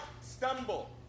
stumble